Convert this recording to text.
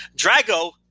Drago